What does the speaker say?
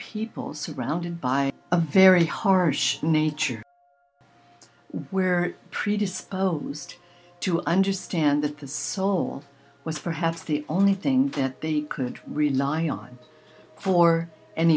people surrounded by a very harsh nature where predisposed to understand that the soul was perhaps the only thing that they could rely on for an